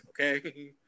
Okay